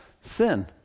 sin